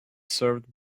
served